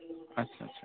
আচ্ছা আচ্ছা